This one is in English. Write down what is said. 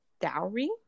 dowry